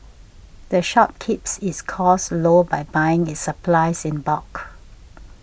the shop keeps its costs low by buying its supplies in bulk